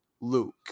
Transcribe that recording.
Luke